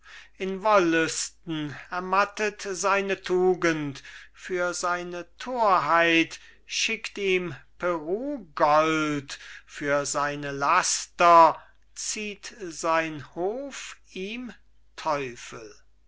in wollüsten ermattet seine tugend für seine torheit schickt ihm peru gold für seine laster zieht sein hof ihm teufel